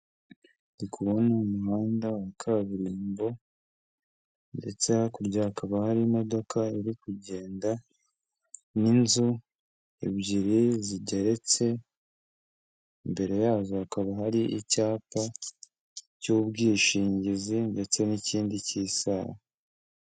Ndi kubona mu muhanda wa kaburimbo ndetse hakurya hakaba hari imodoka iri kugenda n'inzu ebyiri zigeretse, imbere yazo hakaba hari icyapa cy'ubwishingizi ndetse n'ikindi cy'isaha.